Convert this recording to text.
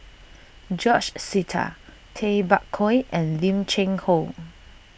George Sita Tay Bak Koi and Lim Cheng Hoe